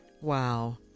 Wow